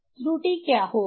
त्रुटि क्या होगी